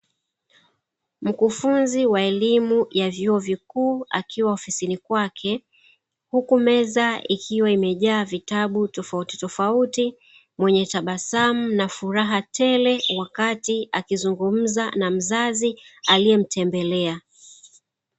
Mkufunzi wa elimu ya vyuo vikuu akiwa ofisini kwake, huku meza ikiwa imejaa vitabu tofautitofauti, mwenye tabasamu na furaha tele wakati akizungumza na mzazi aliyemtembelea.